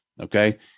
Okay